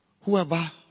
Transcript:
whoever